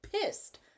pissed